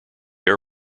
air